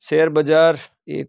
શૅરબજાર એક